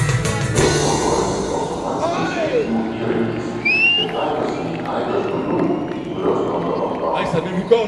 jos naudojasi automatiniais vertimų įrankiais ir taikosi į aibę žmonių kuriuos bando apgauti